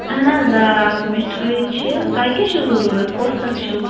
اَہَن حظ آ مِٹھٲے چھِ تۄہہِ کیٛاہ چھُو ضٔروٗرَت کۄس اَکھ چھو